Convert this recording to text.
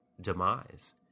demise